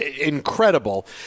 incredible